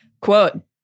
Quote